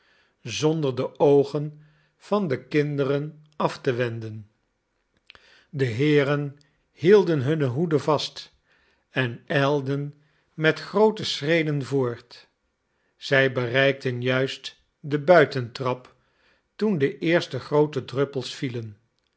zonder de oogen van de kinderen af te wenden de heeren hielden hunne hoeden vast en ijlden met groote schreden voort zij bereikten juist de buitentrap toen de eerste groote druppels vielen